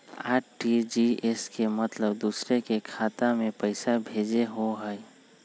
RTGS के मतलब दूसरे के खाता में पईसा भेजे होअ हई?